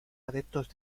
adeptos